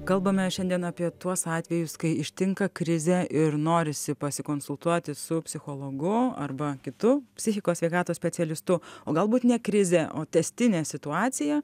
kalbame šiandien apie tuos atvejus kai ištinka krizė ir norisi pasikonsultuoti su psichologu arba kitu psichikos sveikatos specialistu o galbūt ne krizė o tęstinė situacija